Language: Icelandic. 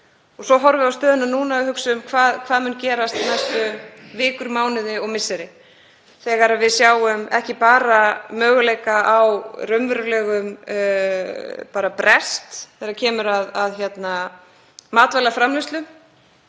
Svo horfum við á stöðuna núna og hugsum: Hvað mun gerast næstu vikur, mánuði og misseri þegar við sjáum ekki bara möguleika á raunverulegum bresti þegar kemur að matvælaframleiðslu